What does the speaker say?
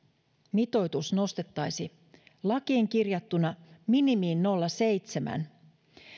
mitoitus nostettaisiin lakiin kirjattuna minimiin nolla pilkku seitsemän